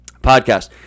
podcast